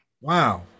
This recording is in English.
Wow